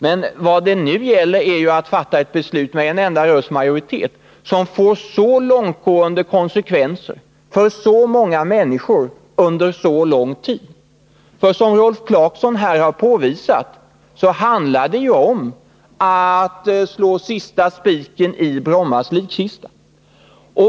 Men vad det nu gäller är att med en enda rösts majoritet fatta ett beslut som får långtgående konsekvenser för många människor under lång tid. Som Rolf Clarkson här har påvisat handlar det om att slå sista spiken i Brommas likkista.